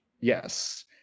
yes